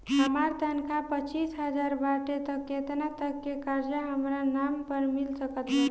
हमार तनख़ाह पच्चिस हज़ार बाटे त केतना तक के कर्जा हमरा नाम पर मिल सकत बा?